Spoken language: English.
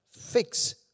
fix